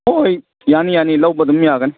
ꯍꯣꯏ ꯌꯥꯅꯤ ꯌꯥꯅꯤ ꯂꯧꯕ ꯑꯗꯨꯝ ꯌꯥꯒꯅꯤ